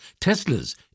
Tesla's